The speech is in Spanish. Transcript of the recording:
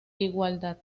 igualdad